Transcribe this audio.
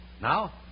Now